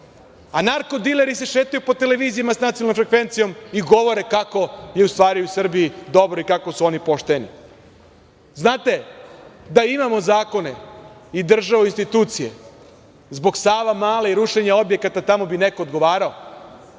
a narkodileri se šetaju po televizijama sa nacionalnom frekvencijom i govore kako je u stvari u Srbiji dobro i kako su oni pošteni. Znate, da imamo zakone i državu institucije zbog Sava Male i rušenja objekata tamo bi neko odgovarao.